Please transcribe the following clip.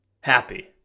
happy